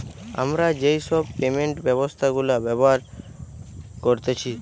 আমরা যেই সব পেমেন্ট ব্যবস্থা গুলা ব্যবহার করতেছি